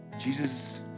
Jesus